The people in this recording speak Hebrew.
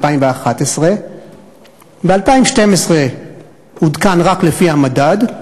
2011. ב-2012 עודכן רק לפי המדד,